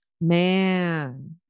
Man